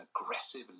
aggressive